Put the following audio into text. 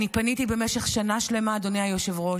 פניתי במשך שנה שלמה, אדוני היושב-ראש,